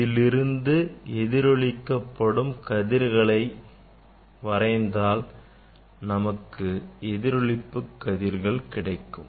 இதிலிருந்து எதிரொளிப்படும் கதிர்களை வரைந்தால் நமக்கு எதிரொளிப்பு கதிர்கள் கிடைக்கும்